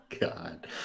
God